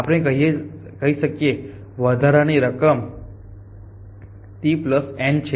આપણે કહી શકીએ કે વધારાની રકમ ijtn છે